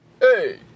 Hey